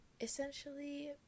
essentially